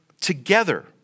together